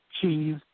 cheese